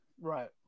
Right